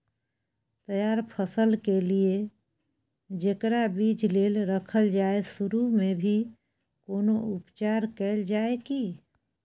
तैयार फसल के लिए जेकरा बीज लेल रखल जाय सुरू मे भी कोनो उपचार कैल जाय की?